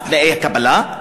תנאי הקבלה,